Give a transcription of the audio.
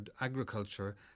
agriculture